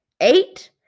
eight